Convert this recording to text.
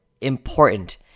important